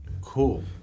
cool